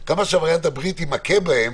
כמה שהווריאנט הבריטי מכה בהם